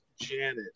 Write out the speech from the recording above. Janet